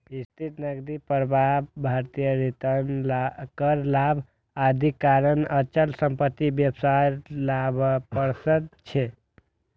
स्थिर नकदी प्रवाह, भारी रिटर्न, कर लाभ, आदिक कारण अचल संपत्ति व्यवसाय लाभप्रद छै